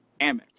Amex